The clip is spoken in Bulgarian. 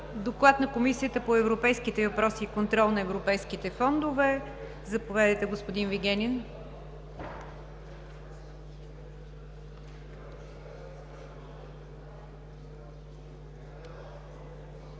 доклад на Комисията по европейските въпроси и контрол на европейските фондове. Заповядайте, господин Вигенин.